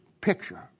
picture